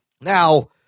Now